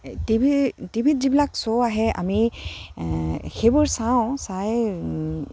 TV টিভিত যিবিলাক show আহে আমি সেইবোৰ চাওঁ চাই